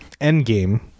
Endgame